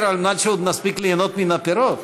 על מנת שעוד נספיק ליהנות מן הפירות.